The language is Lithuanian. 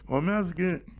o mes gi